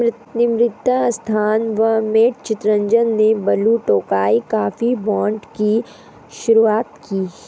नम्रता अस्थाना व मैट चितरंजन ने Blue Tokai coffee brand की शुरुआत की